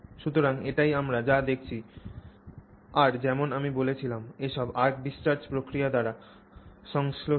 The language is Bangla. সুতরাং এটিই আমরা যা দেখছি আর যেমন আমি বলেছিলাম এসব arc discharge প্রক্রিয়া দ্বারা সংশ্লেষিত